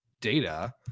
data